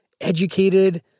educated